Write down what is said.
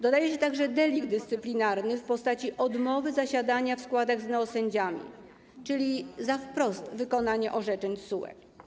Dodaje się także delikt dyscyplinarny w postaci odmowy zasiadania w składach z neosędziami, czyli wprost za wykonanie orzeczeń TSUE.